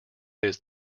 his